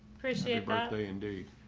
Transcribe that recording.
appreciate bradley. indeed.